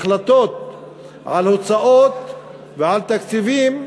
החלטות על הוצאות ועל תקציבים,